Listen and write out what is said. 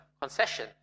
concession